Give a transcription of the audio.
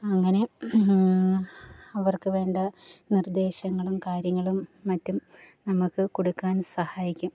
അങ്ങനെ അവർക്ക് വേണ്ട നിർദ്ദേശങ്ങളും കാര്യങ്ങളും മറ്റും നമുക്ക് കൊടുക്കാൻ സഹായിക്കും